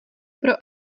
pro